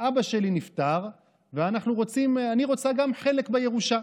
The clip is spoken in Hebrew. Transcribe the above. אבא שלי נפטר ואני רוצה גם חלק בירושה.